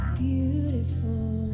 beautiful